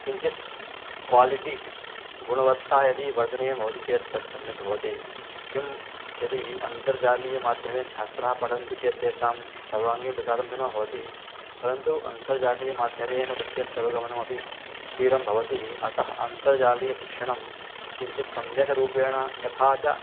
किञ्चित् क्वालिटि गुणवत्ता यदि वर्धनीयं भवति चेत् तत् सम्यक् भवति किं यदि अन्तर्जालीयमाध्यमेन छात्राः पठन्ति चेत् तेषां सर्वाङ्गीणः विकासः तु न भवति परन्तु अन्तर्जालीयमाध्यमेन विषयस्य अवगमनमपि शीघ्रं भवति अतः अन्तर्जालीयशिक्षणं किञ्चित् सम्यग्रूपेण तथा च